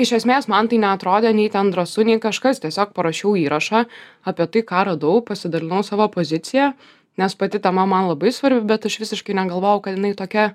iš esmės man tai neatrodė nei ten drąsu nei kažkas tiesiog parašiau įrašą apie tai ką radau pasidalinau savo pozicija nes pati tema man labai svarbi bet aš visiškai negalvojau kad jinai tokia